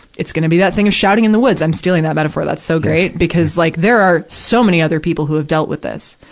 it's gonna be that thing of shouting in the woods i'm stealing that metaphor, that's so great. because, like, there are so many other people who have dealt with this.